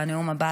בנאום הבא,